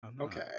Okay